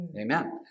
Amen